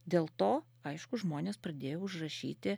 dėl to aišku žmonės pradėjo užrašyti